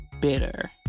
bitter